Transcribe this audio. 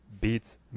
beats